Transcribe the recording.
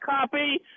copy